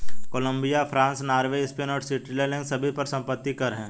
Colombia, France, Norway, Spain और Switzerland सभी पर संपत्ति कर हैं